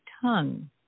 tongue